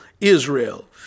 Israel